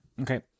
Okay